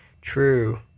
true